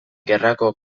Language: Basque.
gerrako